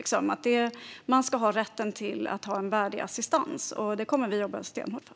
Man ska ha rätt att ha en värdig assistans. Det kommer vi att jobba stenhårt för.